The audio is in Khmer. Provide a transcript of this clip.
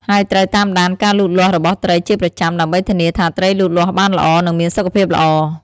ហើយត្រូវតាមដានការលូតលាស់របស់ត្រីជាប្រចាំដើម្បីធានាថាត្រីលូតលាស់បានល្អ និងមានសុខភាពល្អ។